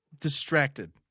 distracted